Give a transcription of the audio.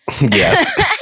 yes